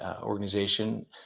organization